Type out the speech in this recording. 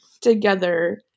together